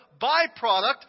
byproduct